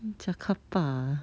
jiak ka ba